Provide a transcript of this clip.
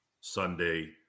Sunday